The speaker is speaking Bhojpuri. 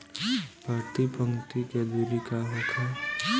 प्रति पंक्ति के दूरी का होखे?